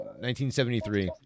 1973